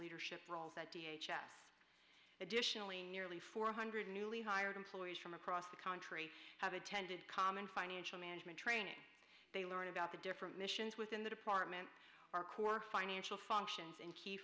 leadership roles that additionally nearly four hundred newly hired employees from across the country have attended common financial management training they learn about the different missions within the department our core financial functions and key